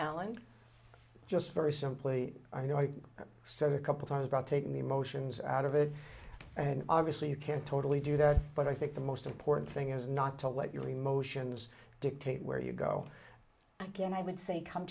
allan just very simply i know i said a couple times about taking the emotions out of it and obviously you can't totally do that but i think the most important thing is not to let your emotions dictate where you go again i would say come